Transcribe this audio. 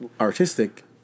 artistic